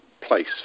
place